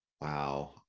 Wow